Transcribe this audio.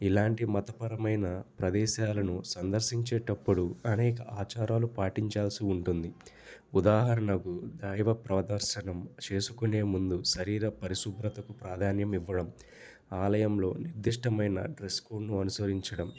ఇలాంటి మతపరమైన ప్రదేశాలను సందర్శించేటప్పుడు అనేక ఆచారాలు పాటించాల్సి ఉంటుంది ఉదాహరణకు దైవ ప్రదర్శనం చేసుకునే ముందు శరీర పరిశుభ్రతకు ప్రాధాన్యం ఇవ్వడం ఆలయంలో నిర్దిష్టమైన డ్రెస్ కోడ్ను అనుసరించడం